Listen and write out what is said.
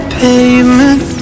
pavement